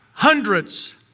Hundreds